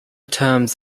terms